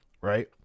right